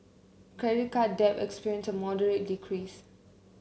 credit card debt experienced a moderate decrease